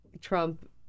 Trump